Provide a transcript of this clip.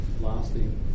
lasting